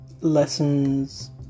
lessons